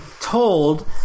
told